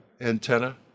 antenna